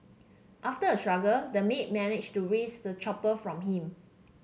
after a struggle the maid managed to wrest the chopper from him